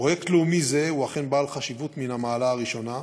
פרויקט לאומי זה הוא אכן בעל חשיבות מן המעלה הראשונה,